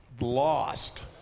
Lost